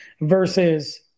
versus